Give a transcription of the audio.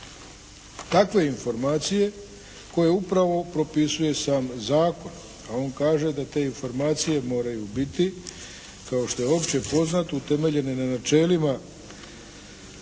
takve informacije koje upravo propisuje sam zakon, a on kaže da te informacije moraju biti kao što je opće poznato utemeljene na načelima koje